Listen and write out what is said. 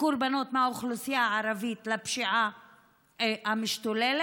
קורבנות מהאוכלוסייה הערבית בפשיעה המשתוללת,